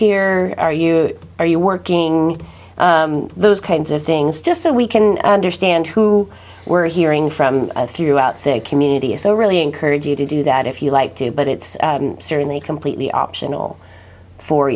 or are you are you working those kinds of things just so we can understand who we're hearing from throughout the community so really encourage you to do that if you like to but it's certainly completely optional for